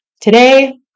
Today